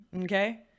Okay